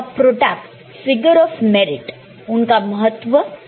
और उनका product figure of merit उनका महत्व